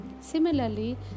Similarly